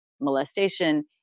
molestation